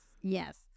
Yes